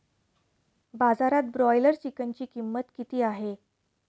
बाजारात ब्रॉयलर चिकनची किंमत किती आहे?